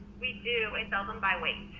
we do, we sell them by weight.